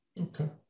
Okay